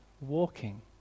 walking